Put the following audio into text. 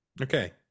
okay